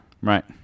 Right